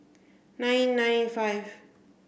nine nine five